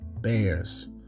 bears